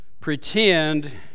pretend